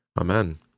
Amen